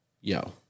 yo